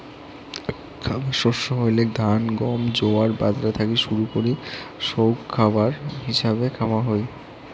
খাবার শস্য হইলেক ধান, গম, জোয়ার, বাজরা থাকি শুরু করি সৌগ খাবার হিছাবে খাওয়া হই